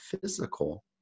physical